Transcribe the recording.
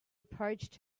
approached